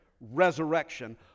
resurrection